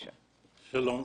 שלום.